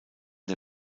der